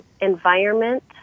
environment